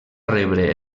rebre